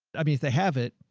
i mean, if they have it,